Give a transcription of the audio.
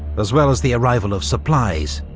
as well as the arrival of supplies.